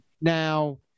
now